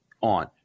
on